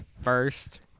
First